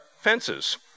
fences